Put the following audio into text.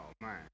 man